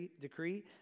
decree